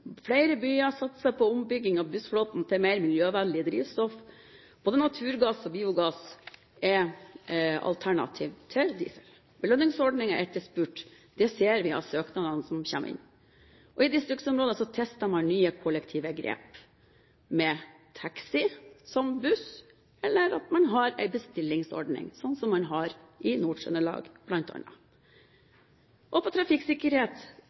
Flere byer satser på ombygging av bussflåten til bruk av mer miljøvennlig drivstoff. Både naturgass og biogass er alternativer til diesel. Belønningsordningen er etterspurt. Det ser vi av søknadene som kommer inn. I distriktsområder tester man nye kollektivgrep – med taxi som buss, eller en bestillingsordning, sånn som man bl.a. har i Nord-Trøndelag. Når det gjelder trafikksikkerhet,